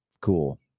cool